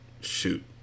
Shoot